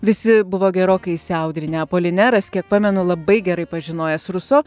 visi buvo gerokai įsiaudrinę polineras kiek pamenu labai gerai pažinojęs ruso